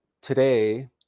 today